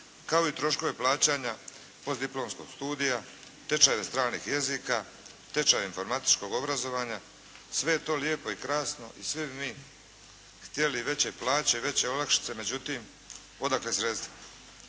kao i troškove plaćanja postdiplomskog studija, tečajeve stranih jezika, tečajeve informatičkog obrazovanja. Sve je to lijepo i krasno i svi bi mi htjeli veće plaće, veće olakšice. Međutim, odakle sredstva?